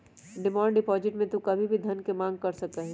demand deposit में तू कभी भी धन के मांग कर सका हीं